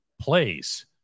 plays